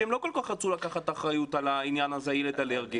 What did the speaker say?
שהם לא כל כך רצו לקחת אחריות על העניין הזה של ילד אלרגי.